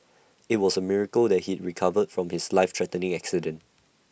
IT was A miracle that he recovered from his life threatening accident